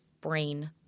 brain